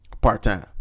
part-time